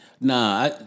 Nah